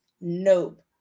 Nope